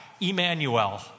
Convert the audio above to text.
Emmanuel